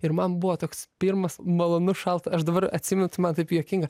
ir man buvo toks pirmas malonus šalta aš dabar atsimenu tai man taip juokinga